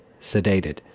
sedated